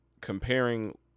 comparing